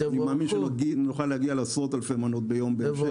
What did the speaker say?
אני מאמין שנוכל להגיע לעשרות אלפי מנות ביום בהמשך.